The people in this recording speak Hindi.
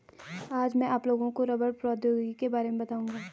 आज मैं आप लोगों को रबड़ प्रौद्योगिकी के बारे में बताउंगा